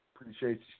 Appreciate